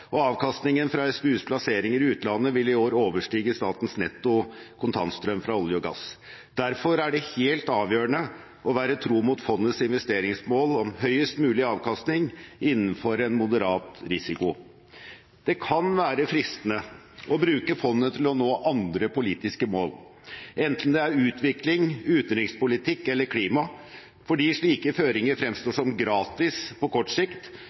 og avkastningen fra SPUs plasseringer i utlandet vil i år overstige statens netto kontantstrøm fra olje og gass. Derfor er det helt avgjørende å være tro mot fondets investeringsmål om høyest mulig avkastning innenfor en moderat risiko. Det kan være fristende å bruke fondet til å nå andre politiske mål, enten det er utvikling, utenrikspolitikk eller klima, fordi slike føringer fremstår som «gratis» på kort sikt